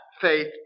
faith